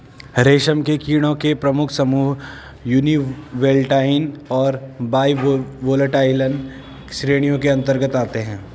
रेशम के कीड़ों के प्रमुख समूह यूनिवोल्टाइन और बाइवोल्टाइन श्रेणियों के अंतर्गत आते हैं